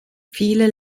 viele